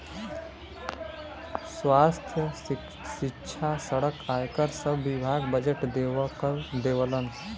स्वास्थ्य, सिक्षा, सड़क, आयकर सब विभाग बजट देवलन